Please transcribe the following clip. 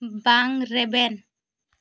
ᱵᱟᱝ ᱨᱮᱵᱮᱱ